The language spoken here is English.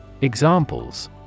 Examples